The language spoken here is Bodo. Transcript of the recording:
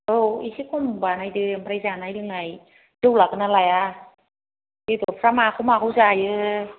औ एसे खम बानायदो ओमफ्राय जानाय लोंनाय जौ लागोनना लाया बेदरफ्रा माखौ माखौ जायो